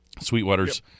Sweetwater's